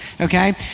okay